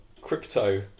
crypto